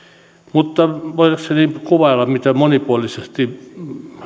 mutta voidakseni kuvailla miten monipuolisesti